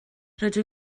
rydw